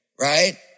Right